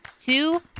two